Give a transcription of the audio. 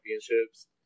Championships